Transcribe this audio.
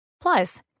Plus